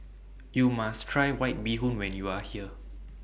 YOU must Try White Bee Hoon when YOU Are here